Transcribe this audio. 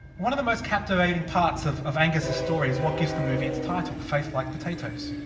one of the most captivating parts of of angus's story, is what gives the movie it's title, faith like potatoes.